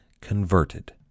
converted